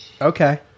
Okay